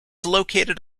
located